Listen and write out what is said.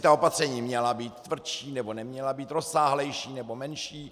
Jestli opatření měla být tvrdší nebo neměla být rozsáhlejší nebo menší.